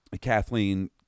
Kathleen